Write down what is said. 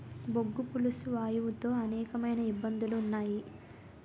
బొగ్గు పులుసు వాయువు తో అనేకమైన ఇబ్బందులు ఉన్నాయి